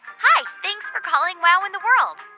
hi. thanks for calling wow in the world.